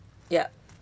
yup